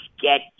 get